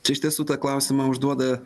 iš tiesų tą klausimą užduoda